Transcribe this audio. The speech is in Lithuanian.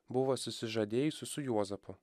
buvo susižadėjusi su juozapu